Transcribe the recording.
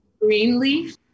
greenleaf